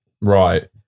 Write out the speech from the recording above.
Right